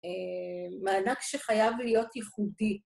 מענק שחייב להיות ייחודי.